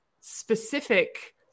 specific